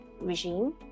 regime